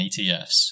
ETFs